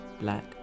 black